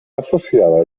associada